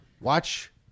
watch